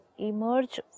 emerge